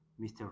Mr